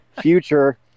Future